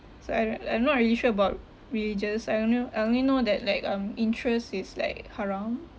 so I r~ I'm not really sure about religious I only know I only know that like um interest is like haram